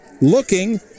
looking